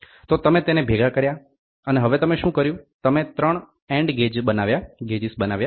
તો તમે તેને ભેગા કર્યા અને હવે તમે શું કર્યું તમે ત્રણ એન્ડ ગેજિસ બનાવ્યા